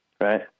right